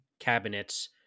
cabinets